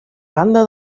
banda